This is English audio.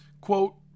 Quote